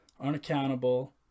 unaccountable